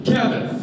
Kevin